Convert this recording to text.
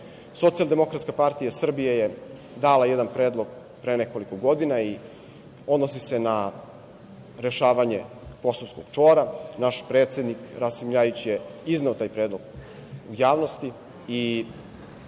korak. Socijaldemokratska partija Srbije je dala jedan predlog pre nekoliko godina i odnosi se na rešavanje kosovskog čvora. Naš predsednik, Rasim Ljajić je izneo taj predlog javnosti